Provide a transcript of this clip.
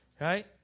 Right